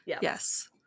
yes